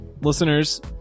listeners